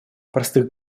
простых